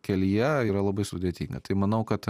kelyje yra labai sudėtinga tai manau kad